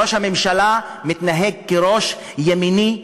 ראש הממשלה מתנהג כראש ימני,